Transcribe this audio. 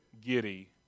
giddy